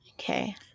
Okay